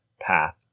path